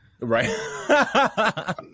Right